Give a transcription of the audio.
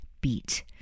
beat